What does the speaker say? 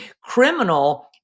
criminal